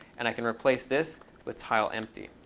and i can replace this with tile empty